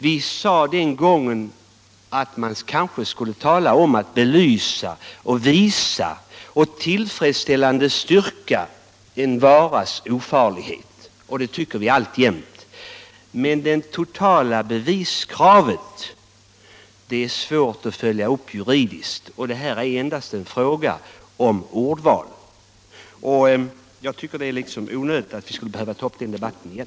Vi sade den gången att man kanske skulle tala om att belysa och visa och tillfredsställande styrka en varas ofarlighet. Det tycker vi alltjämt. Det totala beviskravet är svårt att följa upp juridiskt, och här är det endast en fråga om ordval. Jag tycker att det var onödigt av fru Theorin att ta upp den debatten igen.